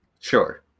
sure